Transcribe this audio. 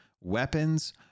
Weapons